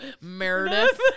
Meredith